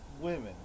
women